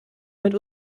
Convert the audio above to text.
mit